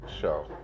Show